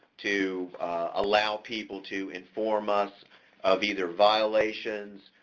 to allow people to inform us of either violations,